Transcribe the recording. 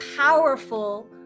powerful